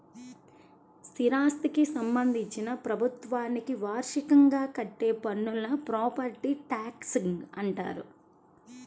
స్థిరాస్థికి సంబంధించి ప్రభుత్వానికి వార్షికంగా కట్టే పన్నును ప్రాపర్టీ ట్యాక్స్గా అంటారు